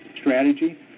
strategy